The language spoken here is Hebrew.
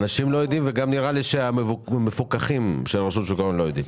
אנשים לא יודעים על זה וגם נראה לי שהמפוקחים ברשות שוק ההון לא יודעים.